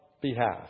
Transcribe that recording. behalf